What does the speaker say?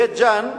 בית-ג'ן,